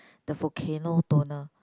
the volcano toner